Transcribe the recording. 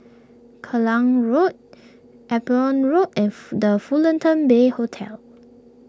Klang Road Upavon Road F the Fullerton Bay Hotel